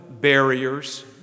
barriers